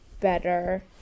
better